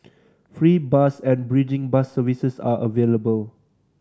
free bus and bridging bus services are available